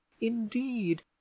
indeed